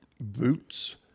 boots